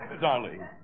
Darling